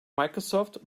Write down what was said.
microsoft